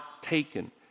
taken